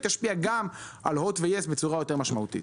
תשפיע גם על HOT ועל YES בצורה משמעותית יותר.